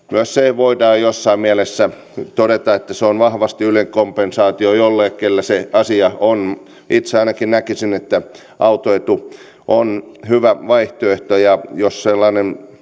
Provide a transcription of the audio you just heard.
voidaan jossain mielessä todeta että se on vahvasti ylikompensaatio jollekulle kenelle se asia on niin itse ainakin näkisin että autoetu on hyvä vaihtoehto jos sellainen